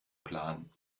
plan